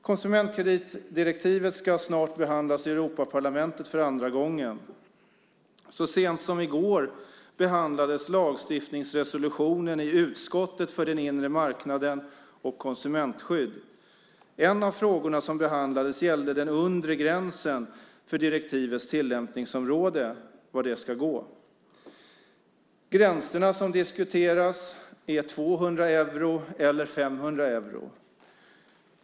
Konsumentkreditdirektivet ska snart behandlas i Europaparlamentet för andra gången. Så sent som i går behandlades lagstiftningsresolutionen i utskottet för den inre marknaden och konsumentskydd. En av frågorna som behandlades gällde den undre gränsen för direktivets tillämpningsområde, alltså var den ska gå. Gränserna som diskuteras är 200 euro eller 500 euro.